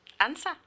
Answer